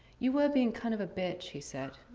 you were being kind of a bitch, he said.